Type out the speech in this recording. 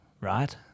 right